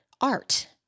art